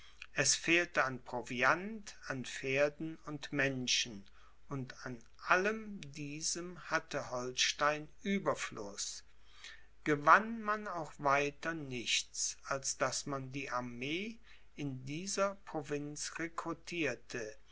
es fehlte an proviant an pferden und menschen und an allem diesem hatte holstein ueberfluß gewann man auch weiter nichts als daß man die armee in dieser provinz rekrutierte